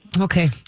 okay